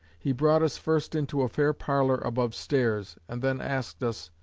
he brought us first into a fair parlour above stairs, and then asked us,